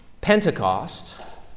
Pentecost